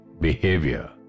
behavior